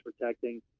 protecting